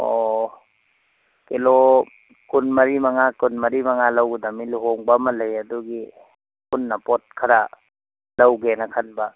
ꯑꯣ ꯀꯤꯂꯣ ꯀꯨꯟ ꯃꯔꯤ ꯃꯉꯥ ꯀꯨꯟ ꯃꯔꯤ ꯃꯉꯥ ꯂꯧꯒꯗꯝꯅꯤ ꯂꯨꯍꯣꯡꯕ ꯑꯃ ꯂꯩ ꯑꯗꯨꯒꯤ ꯄꯨꯟꯅ ꯄꯣꯠ ꯈꯔ ꯂꯧꯒꯦꯅ ꯈꯟꯕ